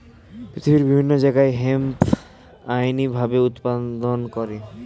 পৃথিবীর বিভিন্ন জায়গায় হেম্প আইনি ভাবে উৎপাদন করে